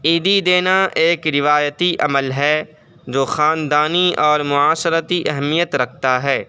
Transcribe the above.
عیدی دینا ایک روایتی عمل ہے جو خاندانی اور معاشرتی اہمیت رکھتا ہے